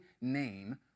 name